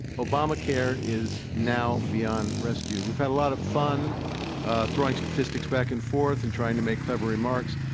obamacare is now beyond rescue. we've had a lot of fun throwing statistics back and forth and trying to make clever remarks,